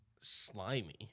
slimy